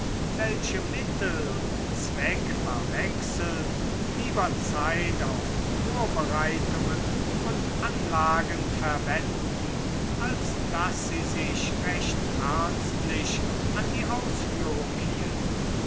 welche mittel und zweck verwechseln lieber zeit auf vorbereitungen und anlagen verwenden als daß sie sich recht ernstlich an die ausführung hielten